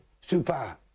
Super